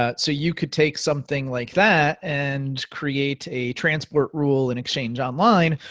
ah so you could take something like that and create a transport rule in exchange online,